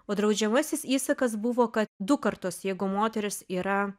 o draudžiamasis įsakas buvo kad du kartus jeigu moteris yra